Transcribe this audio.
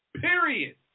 period